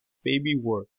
baby work,